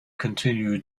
continue